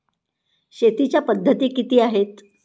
शेतीच्या पद्धती किती आहेत?